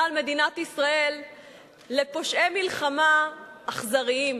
על מדינת ישראל לפושעי מלחמה אכזרים.